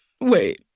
Wait